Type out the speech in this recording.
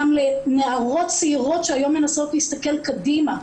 גם לנערות צעירות שהיום מנסות להסתכל קדימה,